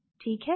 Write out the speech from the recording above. ठीक है